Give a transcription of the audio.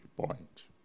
point